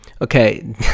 Okay